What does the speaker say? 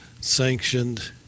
sanctioned